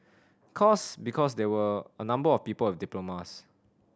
course because there were a number of people with diplomas